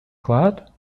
klāt